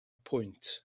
pwynt